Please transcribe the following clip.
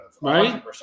Right